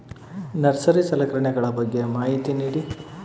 Nursery ಸಲಕರಣೆಗಳ ಬಗ್ಗೆ ಮಾಹಿತಿ ನೇಡಿ?